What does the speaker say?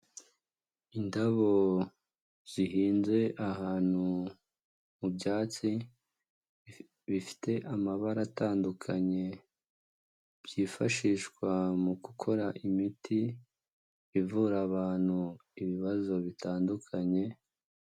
Indabo zihinze ahantu mu byatsi bifite amabara atandukanye, byifashishwa mu gukora imiti ivura abantu ibibazo bitandukanye.